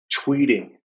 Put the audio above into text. tweeting